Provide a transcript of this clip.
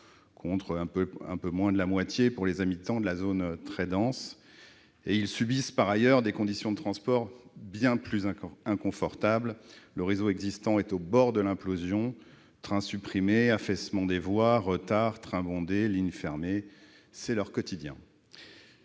contre un peu moins de la moitié de ce temps pour les habitants de la zone très dense. Ils subissent, par ailleurs, des conditions de transport bien plus inconfortables. Le réseau existant est au bord de l'implosion : trains supprimés ou bondés, affaissement des voies, retards, lignes fermées sont leur quotidien.